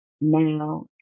now